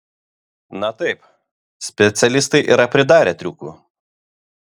na taip specialistai yra pridarę triukų